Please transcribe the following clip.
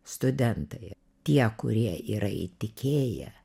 studentai tie kurie yra įtikėję